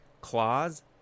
Claws